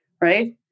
right